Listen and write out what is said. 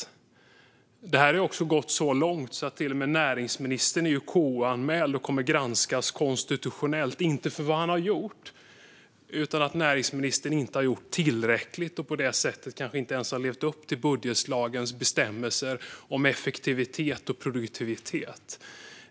Detta har till och med gått så långt att näringsministern har blivit KU-anmäld och kommer att granskas konstitutionellt, inte för vad han har gjort utan för att han inte har gjort tillräckligt och på det sättet kanske inte ens har levt upp till budgetlagens bestämmelser om effektivitet och produktivitet.